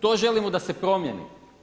To želimo da se promijeni.